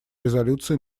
резолюции